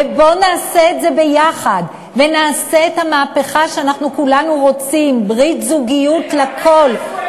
ובואו נעשה את זה ביחד ונעשה את המהפכה שכולנו רוצים: ברית זוגיות לכול,